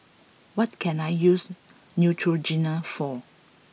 what can I use Neutrogena for